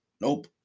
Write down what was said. Nope